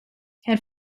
elle